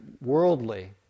worldly